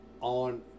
On